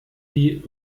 die